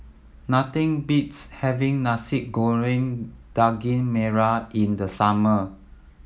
nothing beats having Nasi Goreng Daging Merah in the summer